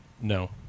No